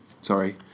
Sorry